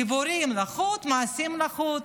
דיבורים לחוד, מעשים לחוד.